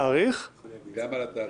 גם על התאריך,